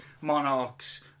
monarchs